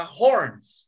horns